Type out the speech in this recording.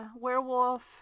werewolf